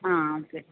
ആ അതെ